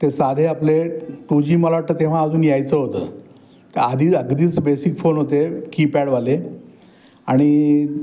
ते साधे आपले टू जी मला वाटतं तेव्हा अजून यायचं होतं का आधीच अगदीच बेसिक फोन होते कीपॅडवाले आणि